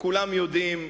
וכולם יודעים,